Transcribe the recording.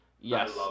Yes